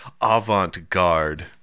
avant-garde